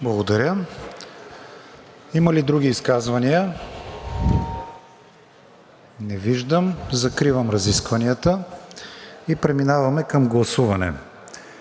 Благодаря. Има ли други изказвания? Не виждам. Закривам разискванията. Преминаваме към гласуване.